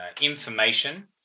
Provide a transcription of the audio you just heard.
information